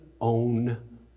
own